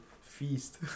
feast